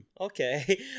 okay